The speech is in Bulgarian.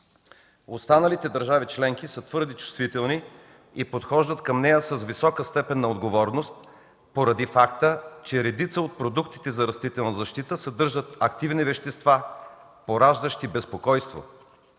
останалите държави членки са твърде чувствителни и подхождат към нея с висока степен на отговорност поради факта, че редица от продуктите за растителна защита съдържат активни вещества, пораждащи безпокойство.